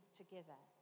together